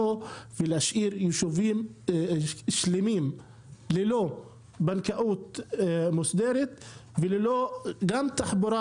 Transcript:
ולהשאיר יישובים שלמים ללא בנקאות מוסדרת וגם ללא תחבורה